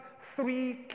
three